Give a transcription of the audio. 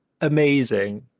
amazing